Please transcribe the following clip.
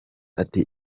ati